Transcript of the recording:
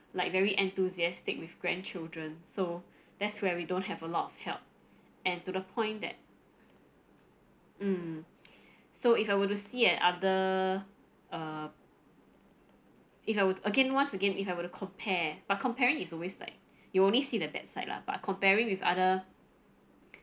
like very enthusiastic with grandchildren so that's where we don't have a lot of help and to the point that mm so if I were to see and other err if I would again once again if I were to compare but comparing is always like you only see the bad side lah but comparing with other